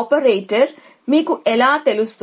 ఆపరేటర్లను పరికరం దాటడం మీకు ఎలా తెలుసు